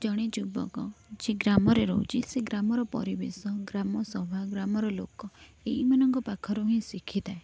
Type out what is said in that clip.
ଜଣେ ଯୁବକ ଯିଏ ଗ୍ରାମରେ ରହୁଛି ସେ ଗ୍ରାମର ପରିବେଶ ଗ୍ରାମ ସଭା ଗ୍ରାମର ଲୋକ ଏଇମାନଙ୍କ ପାଖରୁ ହିଁ ଶିଖିଥାଏ